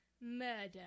murder